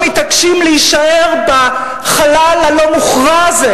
או שמתעקשים להישאר בחלל הלא-מוכרע הזה,